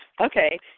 Okay